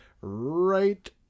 right